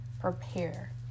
prepare